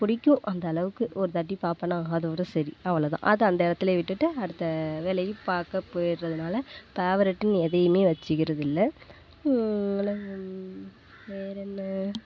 பிடிக்கும் அந்தளவுக்கு ஒரு வாட்டி பார்ப்பேனா அதோடய சரி அவ்வளோதான் அதை அந்த இடத்துலையே விட்டுட்டு அடுத்த வேலையை பார்க்க போயிட்றதனால் ஃபேவர்ட்னு எதையுமே வச்சிக்கிறதில்லை என்ன வேற என்ன